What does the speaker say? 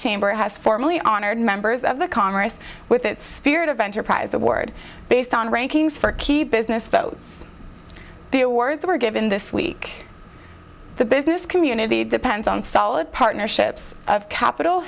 chamber has formally honored members of the congress with its spirit of enterprise the word based on rankings for key business votes the awards were given this week the business community depends on solid partnerships of capit